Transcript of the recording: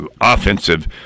offensive